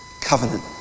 Covenant